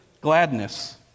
gladness